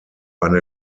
eine